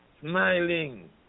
smiling